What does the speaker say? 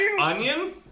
Onion